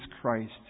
Christ